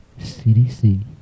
CDC